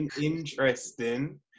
interesting